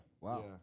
wow